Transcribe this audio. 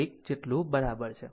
1 જેટલું બરાબર છે